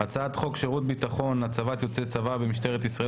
הצעת חוק שירות ביטחון (הצבת יוצאי צבא במשטרת ישראל